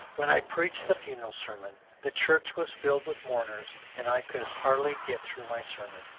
when i preached the funeral sermon, the church was filled with mourners, and i could hardly get through my sermon.